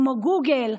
כמו גוגל,